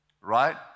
right